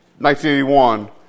1981